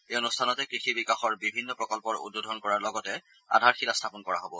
এই অনুষ্ঠানতে কৃষি বিকাশৰ বিভিন্ন প্ৰকল্পৰ উদ্বোধন কৰাৰ লগতে আধাৰশিলা স্থাপন কৰা হব